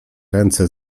ręce